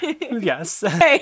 Yes